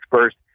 First